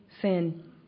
sin